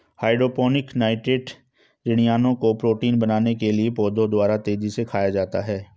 hydroponic nitrate ऋणायनों को protein बनाने के लिए पौधों द्वारा तेजी से खाया जाता है